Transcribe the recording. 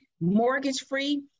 mortgage-free